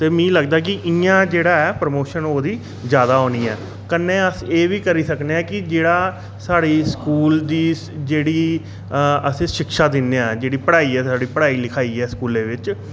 ते मिगी लगदा कि इंया जेह्ड़ा ऐ प्रमोशन ओह्दी जादा होनी ऐ कन्नै अस एह् बी करी सकने आं कि जेह्ड़ा साढ़ी स्कूल दी जेह्ड़ी अस शिक्षा दिन्ने आं जेह्ड़ी पढ़ाई ऐ पढ़ाई लिखाई ऐ साढ़ी स्कूलै बिच्च